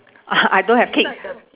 I don't have cake